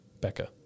Becca